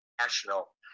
national